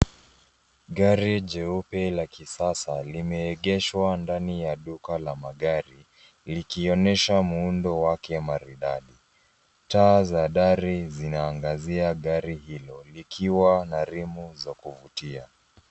Gari jeupe la kisasa limeegeshwa ndani ya duka la magari likionyesha muundo wake maridadi. Taa za dari zinaangazia gari hilo likiwa na rimu za kuvutia.